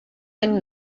any